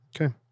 Okay